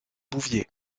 bouvier